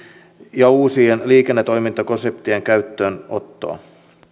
ja uusien liikennetoimintakonseptien käyttöönottoa